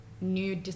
new